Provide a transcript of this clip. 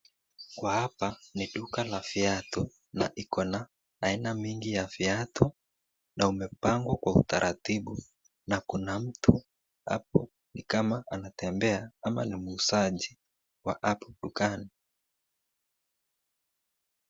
Kwa hapa ni duka la viatu na ikona aina mingi ya viatu na umepangwa na utaratibu na kuna mtu hapo ni kama anatembea ama ni muuzaji wa hapo dukani.